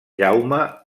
jaume